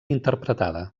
interpretada